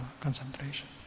concentration